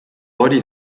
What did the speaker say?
hori